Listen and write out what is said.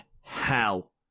hell